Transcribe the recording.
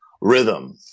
rhythm